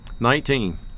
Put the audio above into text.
Nineteen